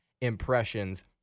impressions